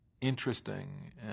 interesting